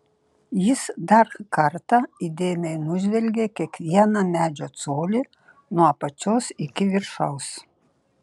jis dar kartą įdėmiai nužvelgė kiekvieną medžio colį nuo apačios iki viršaus